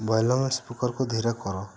volume ସ୍ପିକର୍କୁ ଧୀର କର